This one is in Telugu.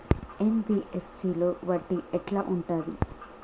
ఎన్.బి.ఎఫ్.సి లో వడ్డీ ఎట్లా ఉంటది?